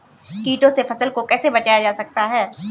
कीटों से फसल को कैसे बचाया जा सकता है?